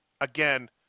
again